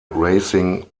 racing